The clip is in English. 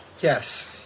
Yes